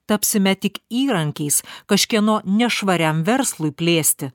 tapsime tik įrankiais kažkieno nešvariam verslui plėsti